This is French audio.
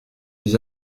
des